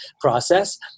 process